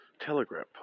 Telegram